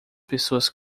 pessoas